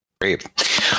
great